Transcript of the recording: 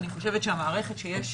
אני חושבת שהמערכת שיש